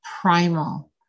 primal